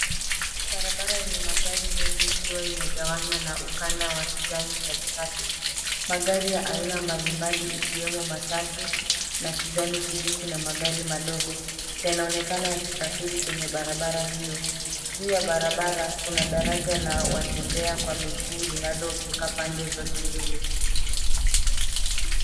Barabara yenye magari mengi ikiwa imegawanywa na ukanda wa kijani katikati. Magari ya aina mbalimbali ikiwemo matatu la kijani kibichi na magari madogo yanaonekana yakisafiri kwenye barabara hiyo. Juu ya barabara kuna daraja la watembea kwa miguu linalovuka pande zote mbili.